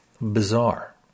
bizarre